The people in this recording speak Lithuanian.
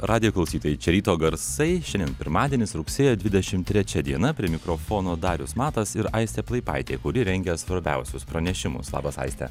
radijo klausytojai čia ryto garsai šiandien pirmadienis rugsėjo dvidešimt trečia diena prie mikrofono darius matas ir aistė plaipaitė kuri rengia svarbiausius pranešimus labas aiste